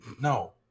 no